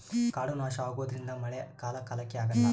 ಕಾಡು ನಾಶ ಆಗೋದ್ರಿಂದ ಮಳೆ ಕಾಲ ಕಾಲಕ್ಕೆ ಆಗಲ್ಲ